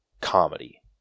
comedy